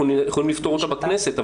אנחנו יכולים לפתור אותה בכנסת,